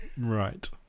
Right